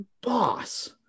Boss